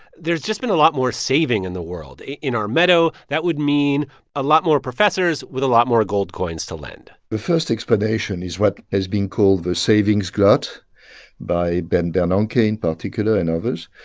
there's just been a lot more saving in the world. in our meadow, that would mean a lot more professors with a lot more gold coins to lend the first explanation is what has been called the savings glut by ben bernanke in particular and others.